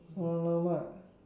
!alamak!